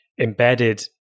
embedded